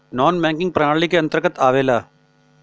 नानॅ banking प्रणाली के अंतर्गत आवेला